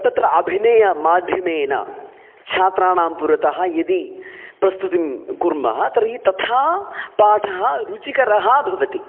तत्र अभिनयमाध्यमेन छात्राणां पुरतः यदि प्रस्तुतिं कुर्मः तर्हि तथा पाठः रुचिकरः भवति